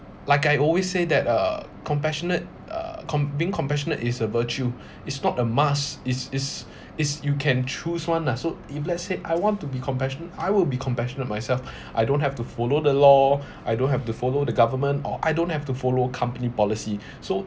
like I always say that uh compassionate uh com~ being compassionate is a virtue is not a must is is is you can choose one lah so if let's say I want to be compassionate I will be compassionate myself I don't have to follow the law I don't have to follow the government or I don't have to follow company policy so